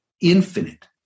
infinite